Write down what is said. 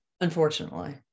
Unfortunately